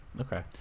Okay